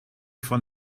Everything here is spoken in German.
von